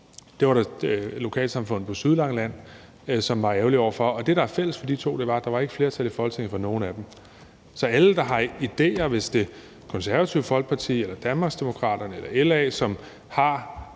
det var lokalsamfundet på Sydlangeland ærgerlige over. Det, der er fælles for de to, var, at der ikke var flertal i Folketinget for nogen af dem. Hvis Det Konservative Folkeparti eller Danmarksdemokraterne eller LA, som